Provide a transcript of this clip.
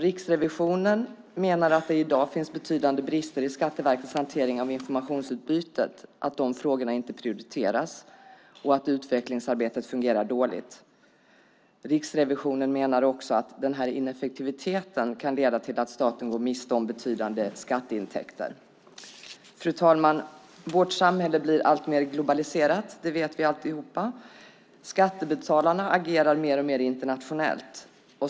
Riksrevisionen menar att det i dag finns betydande brister i Skatteverkets hantering av informationsutbytet, att dessa frågor inte prioriteras och att utvecklingsarbetet fungerar dåligt. Riksrevisionen menar också att den här ineffektiviteten kan leda till att staten går miste om betydande skatteintäkter. Fru talman! Vårt samhälle blir alltmer globaliserat. Det vet vi allihop. Skattebetalarna agerar mer och mer internationellt.